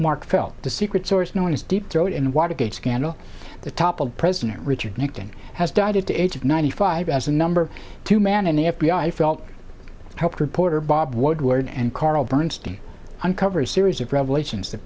mark felt the secret source known as deep throat and watergate scandal the toppled president richard nixon has died aged ninety five as the number two man in the f b i felt helped reporter bob woodward and carl bernstein uncover a series of revelations that